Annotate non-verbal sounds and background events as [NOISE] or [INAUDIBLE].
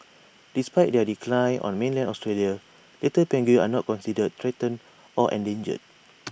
despite their decline on mainland Australia little penguins are not considered threatened or endangered [NOISE]